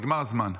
נגמר הזמן.